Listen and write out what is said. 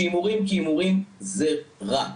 שהימורים כהימורים זה רע,